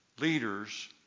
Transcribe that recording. leaders